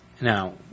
Now